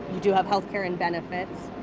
you do have health care and benefits.